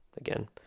again